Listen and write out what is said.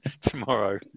tomorrow